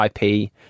IP